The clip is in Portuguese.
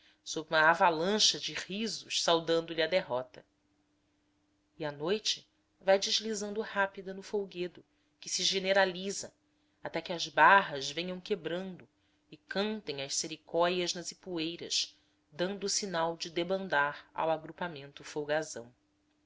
sob uma avalanche de risos saudando lhe a derrota e a noite vai deslizando rápida no folguedo que se generaliza até que as barras venham quebrando e cantem as sericóias nas ipueiras dando o sinal de debandar ao agrupamento folgazão